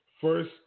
First